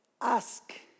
ask